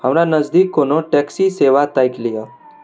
हमरा नजदीक कोनो टैक्सी सेवा ताकि लिअऽ